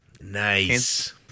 Nice